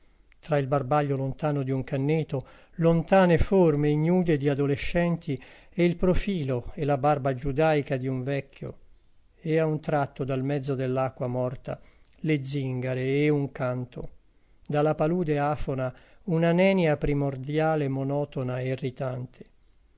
tra il barbaglio lontano di un canneto lontane forme ignude di adolescenti e il profilo e la barba giudaica di un vecchio e a un tratto dal mezzo dell'acqua morta le zingare e un canto da la palude afona una nenia primordiale monotona e irritante